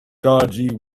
dodgy